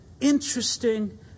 interesting